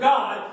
God